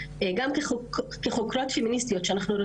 המוות